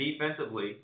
defensively